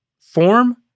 form